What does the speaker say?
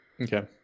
Okay